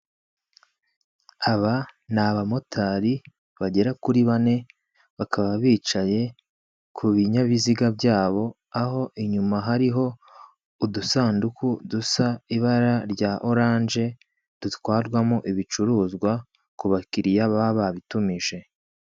Aba ni abamotari bagera kuri bane, bakaba bicaye ku binyabiziga byabo, aho inyuma hariho udusanduku dusa ibara rya oranje, dutwarwamo ibicuruzwa ku bakiriya baba babitumije.